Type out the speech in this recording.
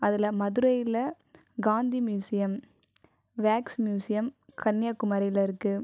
அதில் மதுரையில் Gandhi museum wax museum கன்னியாகுமரியில் இருக்குது